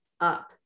up